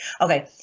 Okay